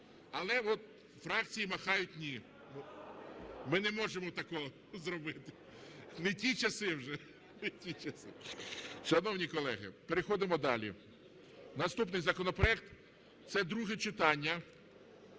Але от фракції махають "ні". Ми не можемо такого зробити, не ті часи вже. Шановні колеги, переходимо далі. Наступний законопроект, це друге читання.